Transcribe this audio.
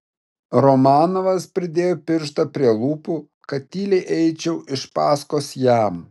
romanovas pridėjo pirštą prie lūpų kad tyliai eičiau iš paskos jam